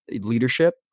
leadership